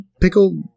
Pickle